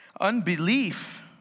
Unbelief